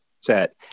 Set